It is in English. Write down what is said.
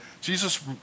Jesus